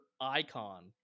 icon